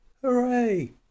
Hooray